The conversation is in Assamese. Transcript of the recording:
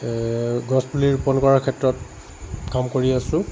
গছ পুলি ৰোপন কৰাৰ ক্ষেত্ৰত কাম কৰি আছোঁ